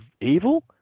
evil